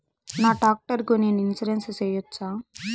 నా టాక్టర్ కు నేను ఇన్సూరెన్సు సేయొచ్చా?